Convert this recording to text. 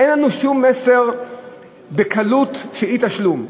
אין לנו שום מסר של קלות באי-תשלום.